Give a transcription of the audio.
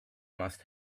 must